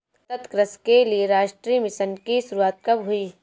सतत कृषि के लिए राष्ट्रीय मिशन की शुरुआत कब हुई?